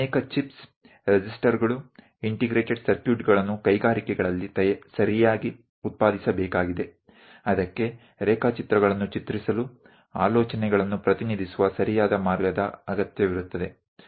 ಅನೇಕ ಚಿಪ್ಸ್ ರೆಸಿಸ್ಟರ್ಗಳು ಇಂಟಿಗ್ರೇಟೆಡ್ ಸರ್ಕ್ಯೂಟ್ಗಳನ್ನು ಕೈಗಾರಿಕೆಗಳಲ್ಲಿ ಸರಿಯಾಗಿ ಉತ್ಪಾದಿಸಬೇಕಾಗಿದೆ ಅದಕ್ಕೆ ರೇಖಾಚಿತ್ರಗಳನ್ನು ಚಿತ್ರಿಸಲು ಆಲೋಚನೆಗಳನ್ನು ಪ್ರತಿನಿಧಿಸುವ ಸರಿಯಾದ ಮಾರ್ಗದ ಅಗತ್ಯವಿರುತ್ತದೆ